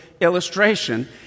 illustration